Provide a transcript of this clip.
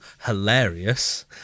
hilarious